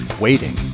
Waiting